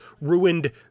ruined